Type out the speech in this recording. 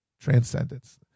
transcendence